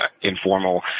informal